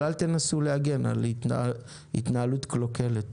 אבל אל תנסו להגן על התנהלות קלוקלת